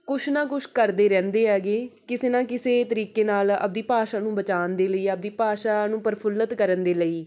ਕੁਛ ਨਾ ਕੁਛ ਕਰਦੇ ਰਹਿੰਦੇ ਹੈਗੇ ਕਿਸੇ ਨਾ ਕਿਸੇ ਤਰੀਕੇ ਨਾਲ਼ ਆਪਦੀ ਭਾਸ਼ਾ ਨੂੰ ਬਚਾਉਣ ਦੇ ਲਈ ਆਪਦੀ ਭਾਸ਼ਾ ਨੂੰ ਪ੍ਰਫੁੱਲਿਤ ਕਰਨ ਦੇ ਲਈ